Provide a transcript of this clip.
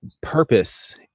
purpose